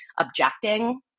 objecting